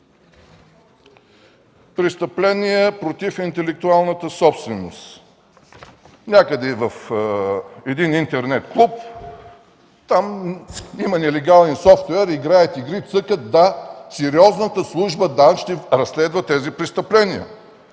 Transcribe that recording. Престъпления против интелектуалната собственост. Някъде в един интернет клуб има нелегален софтуер, играят си игри, цъкат… Да, сериозната служба ДАНС ще разследва тези престъпления.